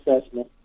assessment